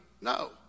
No